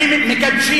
נקיות.